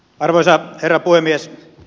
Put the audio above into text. arvoisa herra puhemies